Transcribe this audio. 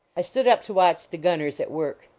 i stood up to watch the gunners at work.